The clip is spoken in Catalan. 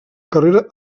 carrera